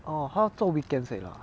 oh 她做 weekends 而已 ah